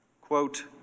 quote